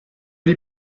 gli